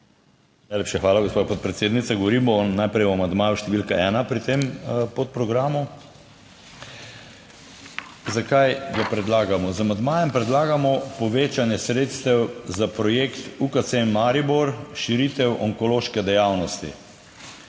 hvala, gospa podpredsednica! Govorimo najprej o amandmaju številka 1 pri tem podprogramu. Zakaj ga predlagamo? Z amandmajem predlagamo povečanje sredstev za projekt UKC Maribor, širitev onkološke dejavnosti.